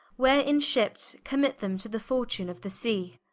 wherein ship'd commit them to the fortune of the sea.